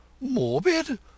Morbid